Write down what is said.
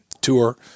tour